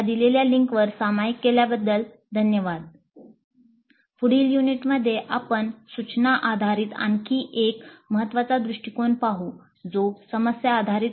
com या लिंकवर सामायिक केल्याबद्दल धन्यवाद पुढील युनिट मध्ये आपण सूचना आधारित आणखी एक महत्वाचा दृष्टिकोन पाहू जो समस्या आधारित आहे